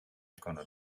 gonna